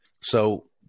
So-